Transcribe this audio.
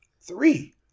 Three